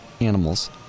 animals